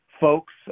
folks